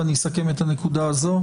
ואחרי זה אני אסכם את הנקודה הזאת.